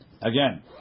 Again